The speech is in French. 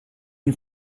une